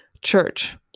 church